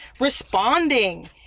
Responding